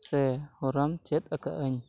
ᱥᱮ ᱦᱚᱨᱟᱧ ᱪᱮᱫ ᱟᱠᱟᱫ ᱟᱹᱧ